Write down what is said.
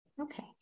Okay